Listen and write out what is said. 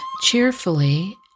cheerfully